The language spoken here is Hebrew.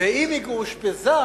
ואם היא אושפזה,